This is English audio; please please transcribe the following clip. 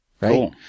Right